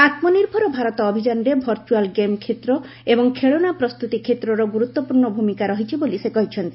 ଆତ୍ମନିର୍ଭର ଭାରତ ଅଭିଯାନରେ virtual game କ୍ଷେତ୍ର ଏବଂ ଖେଳନା ପ୍ରସ୍ତୁତି କ୍ଷେତ୍ରର ଗୁରୁତ୍ୱପୂର୍ଣ୍ଣ ଭୂମିକା ରହିଛି ବୋଲି ସେ କହିଛନ୍ତି